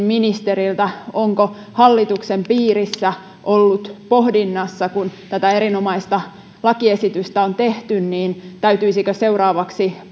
ministeriltä onko hallituksen piirissä ollut pohdinnassa kun tätä erinomaista lakiesitystä on tehty että täytyisikö seuraavaksi